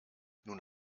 nun